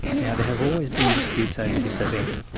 now there have always been disputes over this event.